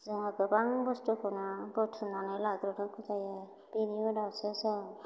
जोङो गोबां बस्थुखौनो बुथुमनानै लाग्रोनांगौ जायो बेनि उनावसो जों